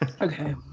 Okay